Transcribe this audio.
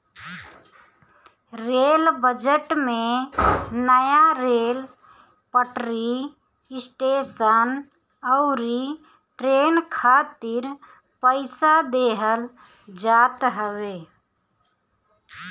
rail budget में नया rail पटरी, स्टेशन अउरी ट्रेन खातिर पईसा देहल जात हवे